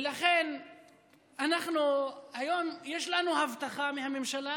היום יש לנו הבטחה מהממשלה